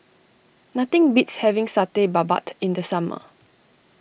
nothing beats having Satay Babat in the summer